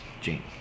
Gene